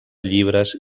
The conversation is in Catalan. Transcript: llibres